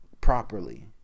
properly